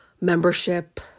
membership